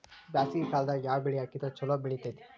ಬ್ಯಾಸಗಿ ಕಾಲದಾಗ ಯಾವ ಬೆಳಿ ಹಾಕಿದ್ರ ಛಲೋ ಬೆಳಿತೇತಿ?